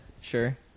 sure